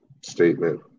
statement